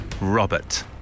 Robert